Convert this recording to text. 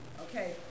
Okay